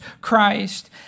Christ